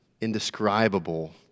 indescribable